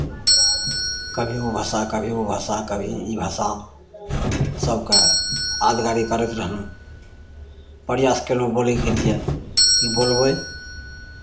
कभी ओ भाषा कभी ओ भाषा कभी ई भाषा सभकेँ यादगारी करैत रहलहुँ प्रयास कयलहुँ बोलयके लिए ई बोलबै